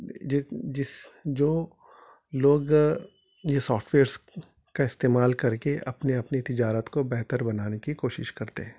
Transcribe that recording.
جس جس جو لوگ یہ سافٹ ویئرس کا استعمال کر کے اپنے اپنے تجارت کو بہتر بنانے کی کوشش کرتے ہیں